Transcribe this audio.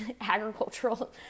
agricultural